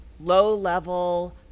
low-level